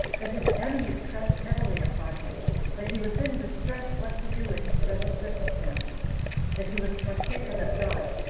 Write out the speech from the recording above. that his enemies pressed heavily upon him that he was in distress what to do in his present circumstances that he was forsaken of god,